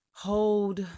hold